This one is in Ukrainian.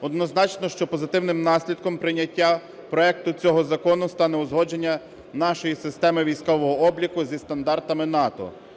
Однозначно, що позитивним наслідком прийняття проекту цього закону стане узгодження нашої системи військового обліку зі стандартами НАТО.